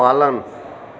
पालन